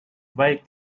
vague